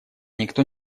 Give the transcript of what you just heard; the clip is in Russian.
никто